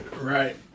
Right